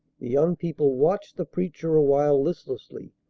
young people watched the preacher a while listlessly,